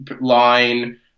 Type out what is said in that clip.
line